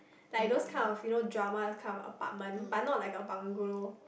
like those kind of like you know drama those kind of apartment but not like a bungalow